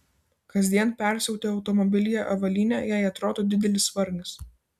kasdien persiauti automobilyje avalynę jei atrodo didelis vargas